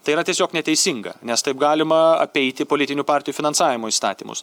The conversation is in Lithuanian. tai yra tiesiog neteisinga nes taip galima apeiti politinių partijų finansavimo įstatymus